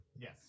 Yes